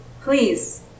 Please